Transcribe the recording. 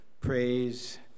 praise